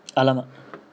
!alamak!